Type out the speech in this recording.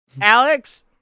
Alex